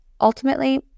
Ultimately